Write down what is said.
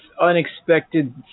unexpected